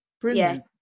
brilliant